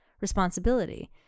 responsibility